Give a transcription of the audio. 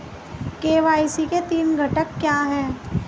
KYC के तीन घटक क्या हैं?